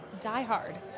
diehard